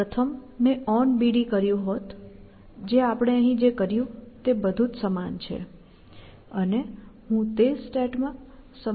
પ્રથમ મેં onBD કર્યું હોત જે આપણે અહીં જે કર્યું તે બધું જ સમાન છે અને હું તે સ્ટેટમાં સમાપ્ત થઈ શકું છું